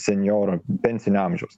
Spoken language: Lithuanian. senjorų pensinio amžiaus